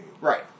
Right